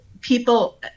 people